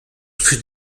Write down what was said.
fut